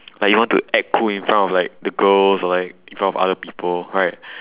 like you want to act cool in front of like the girls or like in front of other people right